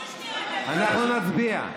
קושניר, אנחנו נצביע.